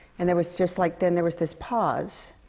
and there was just like then there was this pause.